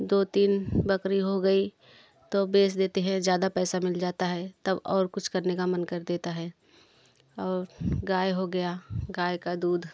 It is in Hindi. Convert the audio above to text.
दो तीन बकरी हो गई तो बेच देते हैं ज़्यादा पैसा मिल जाता है तब और कुछ करने का मन कर देता है और गाय हो गया गाय का दूध